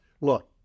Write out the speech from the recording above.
look